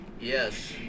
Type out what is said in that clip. Yes